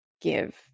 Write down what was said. give